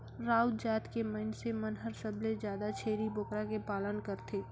राउत जात के मइनसे मन हर सबले जादा छेरी बोकरा के पालन करथे